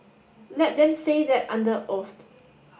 let them say that under oath